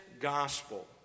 gospel